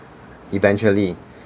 eventually